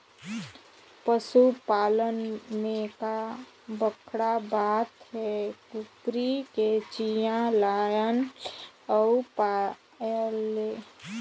पसू पालन में का बड़खा बात हे, कुकरी के चिया लायन ले अउ पायल ले